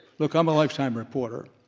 look, i'm a lifetime reporter,